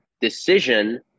decision